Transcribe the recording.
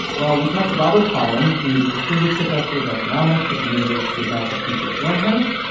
well, we talked to robert pollin. he is a distinguished professor of economics at the university of massachusetts amherst.